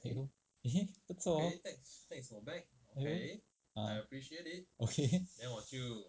eh eh 不错哦 mm ah okay